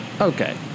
Okay